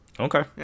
Okay